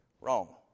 Wrong